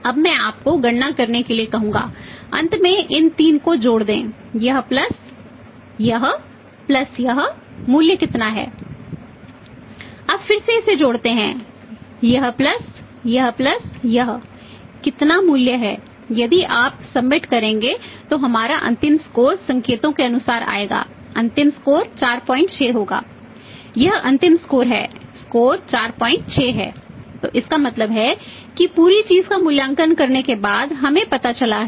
अब मैं आपको गणना करने के लिए कहूंगा अंत में इन 3 को जोड़ दें यह प्लस यह प्लस यह मूल्य कितना है